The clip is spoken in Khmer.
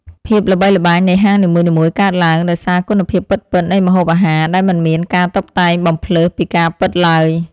ភាពល្បីល្បាញនៃហាងនីមួយៗកើតឡើងដោយសារគុណភាពពិតៗនៃម្ហូបអាហារដែលមិនមានការតុបតែងបំផ្លើសពីការពិតឡើយ។